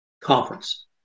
conference